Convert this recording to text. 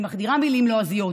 אני מחדירה מילים לועזיות,